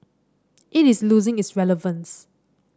it is losing its relevance